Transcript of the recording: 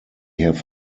have